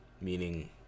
meaning